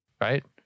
Right